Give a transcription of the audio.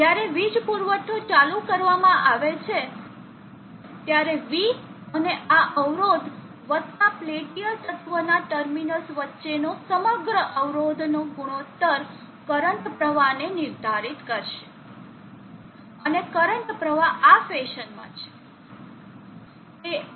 જ્યારે વીજ પુરવઠો ચાલુ કરવામાં આવે છે ત્યારે V અને આ અવરોધ વત્તા પેલ્ટીર તત્વના ટર્મિનલ્સ વચ્ચેનો સમગ્ર અવરોધ નો ગુણોત્તર કરંટ પ્રવાહને નિર્ધારિત કરશે અને કરંટ પ્રવાહ આ ફેશનમાં છે